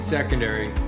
Secondary